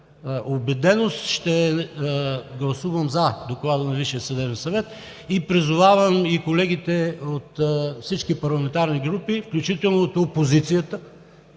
убеденост ще гласувам „за“ Доклада на Висшия съдебен съвет и призовавам колегите от всички парламентарни групи, включително и от опозицията,